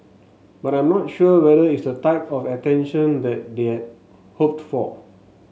but I'm not sure whether it's the type of attention that they had hoped for